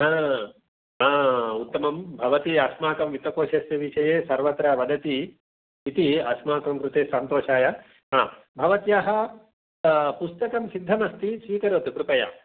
उत्तमं भवती अस्माकं वित्तकोषस्य विषये सर्वत्र वदति इति अस्माकं कृते सन्तोषाय भवत्याः पुस्तकं सिद्धमस्ति स्वीकरोतु कृपया